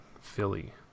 Philly